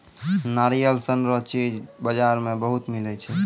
नारियल सन रो चीज बजार मे बहुते मिलै छै